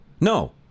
No